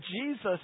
Jesus